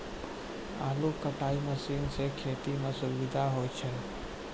आलू कटाई मसीन सें खेती म सुबिधा होय छै